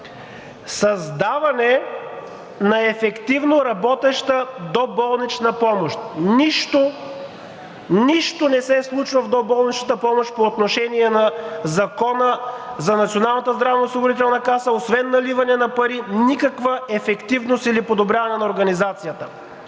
Създаване на ефективно работеща доболнична помощ. Нищо не се случва в доболничната помощ по отношение на Закона за Националната здравноосигурителна каса освен наливане на пари, никаква ефективност или подобряване на организацията.